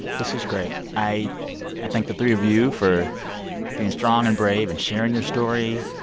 this is great. i i thank the three of you for being strong and brave and sharing your story.